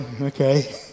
okay